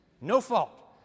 no-fault